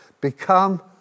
Become